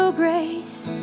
grace